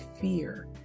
fear